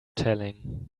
telling